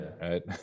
Right